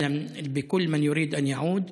כל מי שרוצה לחזור מוזמן,